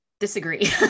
Disagree